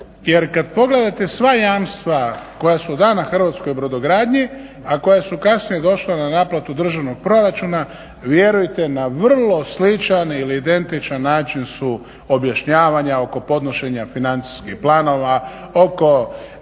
jer kad pogledate sva jamstva koja su dana hrvatskoj brodogradnji, a koja su kasnije došla na naplatu državnog proračuna, vjerujte na vrlo sličan ili identičan način su objašnjavanja oko podnošenja financijskih planova, oko